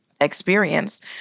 experience